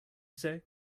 say